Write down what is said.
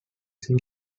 see